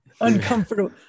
uncomfortable